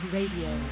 Radio